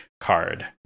card